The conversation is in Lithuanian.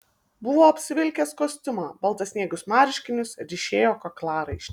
buvo apsivilkęs kostiumą baltasniegius marškinius ryšėjo kaklaraištį